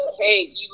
hey